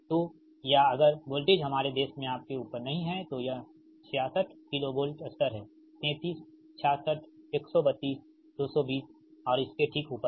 तो या अगर वोल्टेज हमारे देश में आपके ऊपर नहीं है तो यह 66 KV स्तर है 33 66 132 220 और इसके ठीक ऊपर है